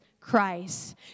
Christ